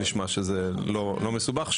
נשמע שזה לא מסובך.